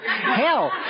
Hell